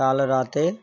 কাল রাতে